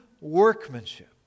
workmanship